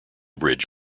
bridge